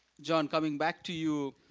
john, come ing back to you,